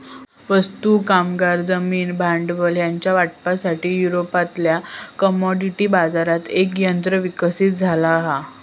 वस्तू, कामगार, जमीन, भांडवल ह्यांच्या वाटपासाठी, युरोपातल्या कमोडिटी बाजारात एक तंत्र विकसित झाला हा